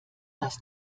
das